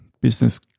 business